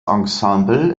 ensemble